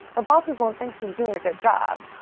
her bosses won't think she's doing a good job.